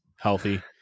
healthy